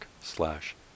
slash